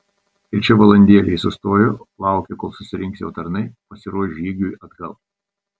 ir čia valandėlei sustojo laukė kol susirinks jo tarnai pasiruoš žygiui atgal